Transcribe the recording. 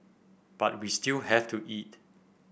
but we still have to eat